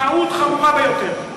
טעות חמורה ביותר.